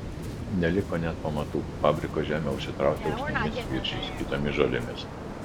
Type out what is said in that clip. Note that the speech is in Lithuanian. neliko net pamatų fabriko žemė užsitraukė usnimis viržiais kitomis žolėmis